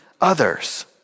others